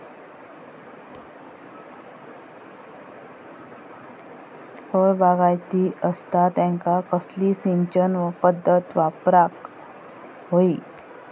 फळबागायती असता त्यांका कसली सिंचन पदधत वापराक होई?